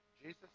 Jesus